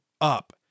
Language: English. up